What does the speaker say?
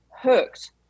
Hooked